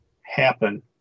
happen